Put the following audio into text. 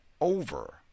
over